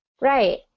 Right